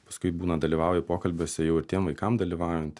paskui būna dalyvauju pokalbiuose jau ir tiem vaikam dalyvaujant